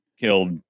killed